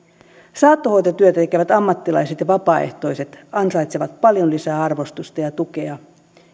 saattohoitotyötä tekevät ammattilaiset ja vapaaehtoiset ansaitsevat paljon lisää arvostusta ja tukea